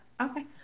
Okay